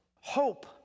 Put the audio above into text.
hope